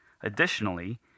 Additionally